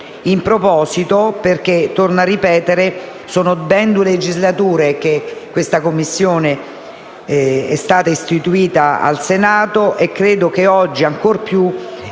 in proposito, perché - torno a ripetere - sono ben due legislature che questa Commissione è stata istituita al Senato e credo che oggi ancora più